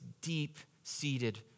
deep-seated